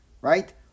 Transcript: right